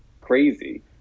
crazy